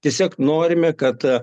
tiesiog norime kad